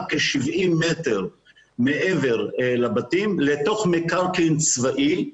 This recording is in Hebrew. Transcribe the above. כ-70 מטר מעבר לבתים לתוך מקרקעין צבאי,